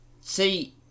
See